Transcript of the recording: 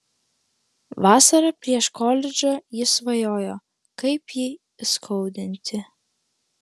vasarą prieš koledžą ji svajojo kaip jį įskaudinti